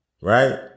right